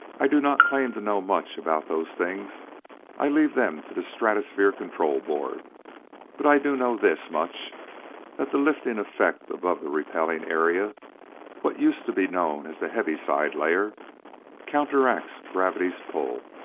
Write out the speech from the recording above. i do not claim to know much about those things i leave them to the stratosphere control board but i do know this much that the lifting effect above the repelling area what used to be known as the heaviside layer counteracts gravity's pull.